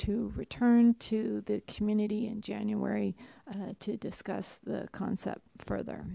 to return to the community in january to discuss the concept further